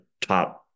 top